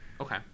Okay